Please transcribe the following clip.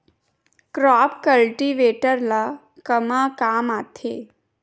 Crop cultivator ला कमा काम आथे?